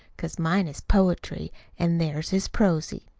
cause mine is poetry an theirs is prosy.